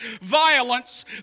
violence